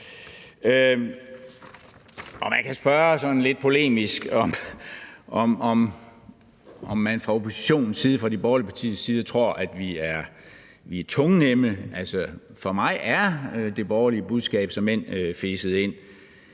Man kan lidt polemisk spørge, om man fra oppositionens side, altså fra de borgerlige partiers side, tror, at vi er tungnemme. For mig er det borgerlige budskab såmænd feset ind.